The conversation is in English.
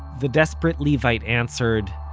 the desperate levite answered,